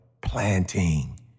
planting